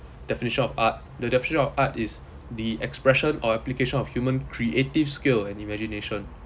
definition of art the definition of art is the expression or application of human creative skill and imagination